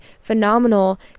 phenomenal